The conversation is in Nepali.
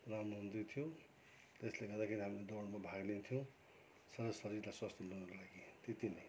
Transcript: राम्रो हुँदैथ्यो त्यसले गर्दाखेरि हामी दौडमा भाग लिन्थ्यौँ सारा शरीरलाई स्वास्थ्य बनाउनुको लागि त्यति नै